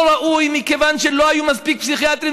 ראוי מכיוון שלא היו מספיק פסיכיאטרים,